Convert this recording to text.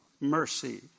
mercy